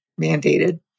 mandated